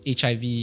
HIV